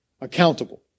accountable